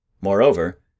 Moreover